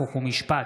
חוק ומשפט,